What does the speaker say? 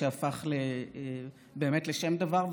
שהפך באמת לשם דבר,